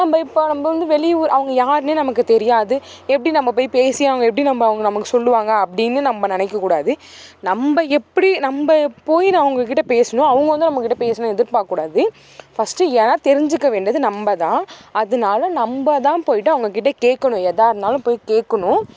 நம்ப இப்போ நம்ப வந்து வெளியூர் அவங்க யார்னே நமக்கு தெரியாது எப்படி நம்ப போய் பேசி அவங்க எப்படி நம்ப அவங்க நமக்கு சொல்லுவாங்க அப்படின்னு நம்ம நினைக்கக்கூடாது நம்ப எப்படி நம்ப போயின்னு அவங்கள்கிட்ட பேசணும் அவங்க வந்து நம்மக்கிட்ட பேசணுன்னு எதிர்பார்க்க கூடாது ஃபர்ஸ்ட்டு ஏன்னா தெரிஞ்சிக்க வேண்டியது நம்ப தான் அதனால நம்பதான் போயிவிட்டு அவங்கக்கிட்ட கேட்கணும் எதா இருந்தாலும் போய் கேட்குணும்